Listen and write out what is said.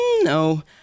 no